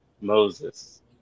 Moses